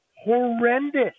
horrendous